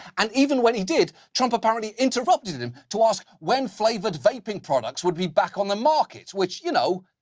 and even when he did, trump apparently interrupted him to ask when flavored vaping products would be back on the market, which, you know.